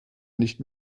nicht